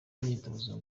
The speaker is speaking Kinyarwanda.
imyitozo